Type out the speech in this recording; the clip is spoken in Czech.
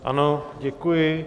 Ano, děkuji.